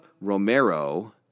Romero